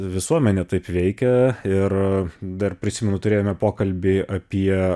visuomenė taip veikia ir dar prisimenu turėjome pokalbį apie